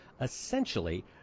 Essentially